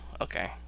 okay